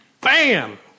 Bam